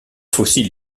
fossile